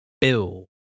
Bill